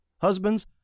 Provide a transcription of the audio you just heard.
Husbands